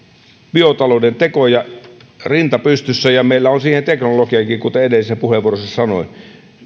biotalouden tekoja rinta pystyssä meillä on siihen teknologiaakin kuten edellisessä puheenvuorossani sanoin